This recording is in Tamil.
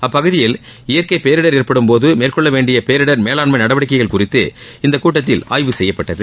அப்பகுதியில் இயற்கை பேரிடர் ஏற்படும்போது மேற்கொள்ள வேண்டிய பேரிடர் மேலாண்மை நடவடிக்கைகள் குறித்து இக்கூட்டத்தில் ஆய்வு செய்யப்பட்டது